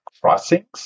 Crossings